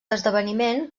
esdeveniment